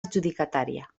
adjudicatària